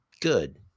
good